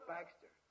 Baxter